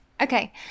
Okay